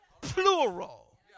plural